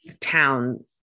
town